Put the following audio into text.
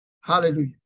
Hallelujah